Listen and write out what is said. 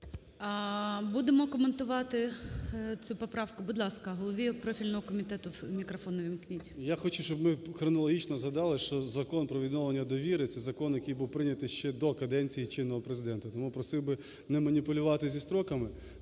Будемо коментувати цю поправку? Будь ласка, голові профільного комітету мікрофон увімкніть. 12:51:14 КНЯЗЕВИЧ Р.П. Я хочу, щоб ми хронологічно згадали, що Закон про відновлення довіри – це закон, який був прийнятий ще до каденції чинного Президента, тому просив би не маніпулювати зі строками